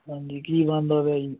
ਹਾਂਜੀ ਕੀ ਬਣਦਾ ਪਿਆ ਜੀ